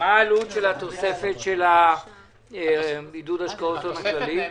מה העלות של התוספת של עידוד השקעות הון הכללית?